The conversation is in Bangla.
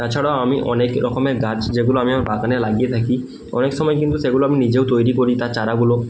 তাছাড়াও আমি অনেক রকমের গাছ যেগুলো আমি আমার বাগানে লাগিয়ে থাকি অনেক সময় কিন্তু সেগুলো আমি নিজেও তৈরি করি তার চারাগুলো